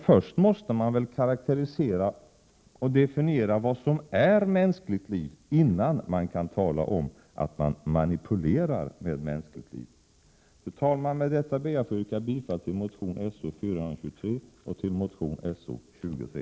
Först måste vi väl karakterisera och definiera mänskligt liv, därefter kan vi tala om att manipulera med mänskligt liv. Fru talman! Med detta yrkar jag bifall till motion §0423 och till motion S0o23.